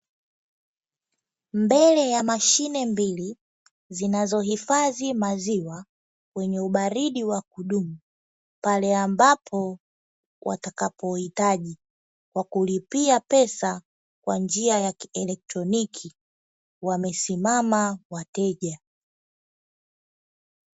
Mbele ya mashine mbili zinazohifadhi maziwa kwenye ubaridi wa kudumu pale ambapo watakapoitaji wa kulipia pesa kwa njia ya kielektroniki wamesimama wateja.